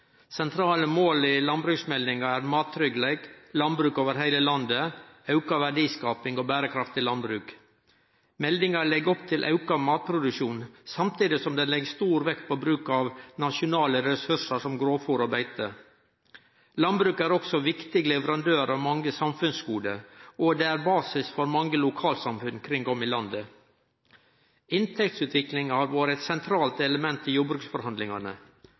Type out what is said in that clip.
Sentrale mål i landbruksmeldinga er mattryggleik, landbruk over heile landet, auka verdiskaping og berekraftig landbruk. Meldinga legg opp til auka matproduksjon, samtidig som ho legg stor vekt på bruk av nasjonale ressursar som grovfôr og beite. Landbruket er også viktig leverandør av mange samfunnsgode, og det er basis for mange lokalsamfunn kring om i landet. Inntektsutviklinga har vore eit sentralt element i jordbruksforhandlingane.